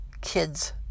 kids